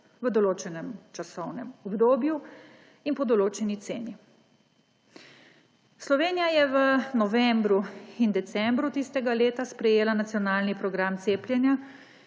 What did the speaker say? v določenem časovnem obdobju in po določeni ceni. Slovenija je v novembru in decembru tistega leta sprejela Nacionalni program cepljenja